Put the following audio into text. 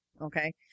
Okay